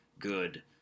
good